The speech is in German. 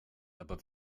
aber